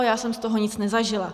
Já jsem z toho nic nezažila.